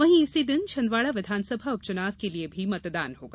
वहीं इसी दिन छिन्दवाड़ा विधानसभा उपचुनाव के लिए भी मतदान होगा